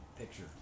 Picture